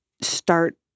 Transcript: start